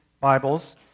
Bibles